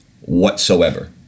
whatsoever